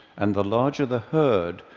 and the larger the herd,